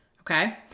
okay